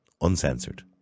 uncensored